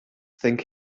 think